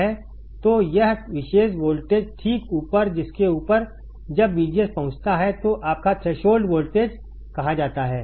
तो यह विशेष वोल्टेज ठीक ऊपर जिसके ऊपर जब VGS पहुंचता है तो आपका थ्रेशोल्ड वोल्टेज कहा जाता है